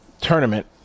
tournament